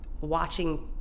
watching